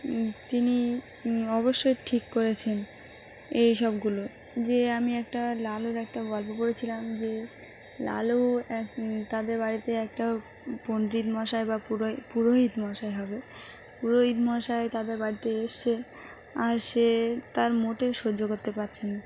তিনি অবশ্যই ঠিক করেছেন এইসবগুলো যে আমি একটা লালুর একটা গল্প পড়েছিলাম যে লালু তাদের বাড়িতে একটা পণ্ডিত মশাই বা পুরোহিত পুরোহিত মশাই হবে পুরোহিত মশাই তাদের বাড়িতে এসছে আর সে তার মোটে সহ্য করতে পারছেন না